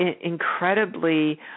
incredibly